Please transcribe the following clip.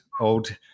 old